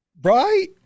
Right